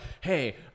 Hey